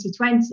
2020